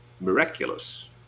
miraculous